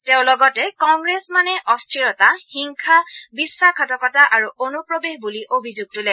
তেওঁ লগতে কংগ্ৰেছ মানে অস্থিৰতা হিংসা বিশ্বাসঘাতকতা আৰু অনুপ্ৰৱেশ বুলি অভিযোগ তোলে